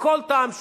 מכל טעם שהוא,